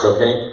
Okay